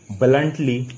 bluntly